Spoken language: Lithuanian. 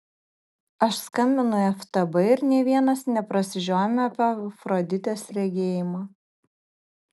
aš skambinu į ftb ir nė vienas neprasižiojame apie afroditės regėjimą